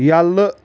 یَلہٕ